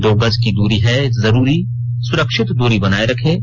दो गज की दूरी है जरूरी सुरक्षित दूरी बनाए रखें